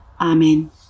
Amen